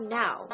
now